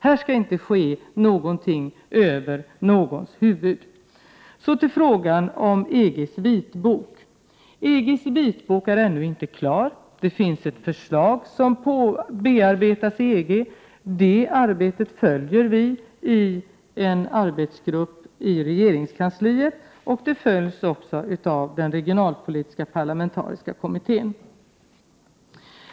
Här skall inte ske någonting över någons huvud. Så till frågan om EG:s vitbok. EG:s vitbok är ännu inte klar. Det finns ett förslag som bearbetas inom EG. Det arbetet följer vi i en arbetsgrupp inom regeringskansliet, och det följs också av den parlamentariska regionalpolitiska kommittén.